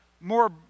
more